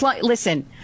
Listen